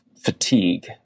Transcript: fatigue